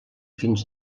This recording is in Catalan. fins